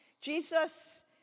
Jesus